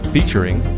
Featuring